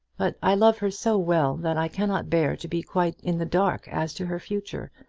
but i love her so well that i cannot bear to be quite in the dark as to her future.